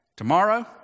Tomorrow